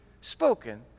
spoken